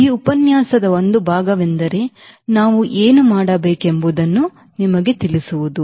ಈ ಉಪನ್ಯಾಸದ ಒಂದು ಭಾಗವೆಂದರೆ ನಾವು ಏನು ಮಾಡಬೇಕೆಂಬುದನ್ನು ನಿಮಗೆ ತಿಳಿಸುವುದು